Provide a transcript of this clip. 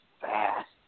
fast